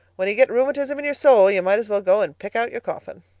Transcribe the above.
when you get rheumatism in your soul you might as well go and pick out your coffin.